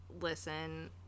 Listen